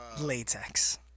Latex